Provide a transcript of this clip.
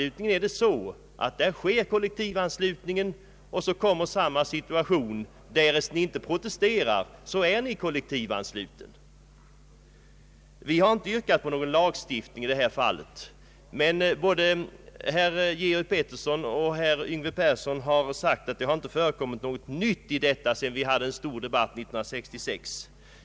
Men när det gäller kollektivanslutningen uppkommer samma situation: ”Därest Ni inte protesterar, är Ni kollektivansluten.” Vi har inte yrkat på någon lagstiftning i detta fall, men både herr Georg Pettersson och herr Yngve Persson har sagt att det inte förekommit någonting nytt i detta ärende sedan en stor debatt ägde rum i frågan 1966.